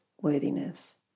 worthiness